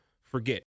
forget